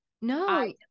no